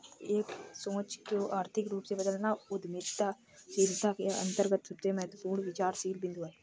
एक सोच को आर्थिक रूप में बदलना उद्यमशीलता के अंतर्गत सबसे महत्वपूर्ण विचारशील बिन्दु हैं